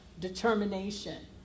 determination